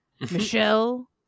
Michelle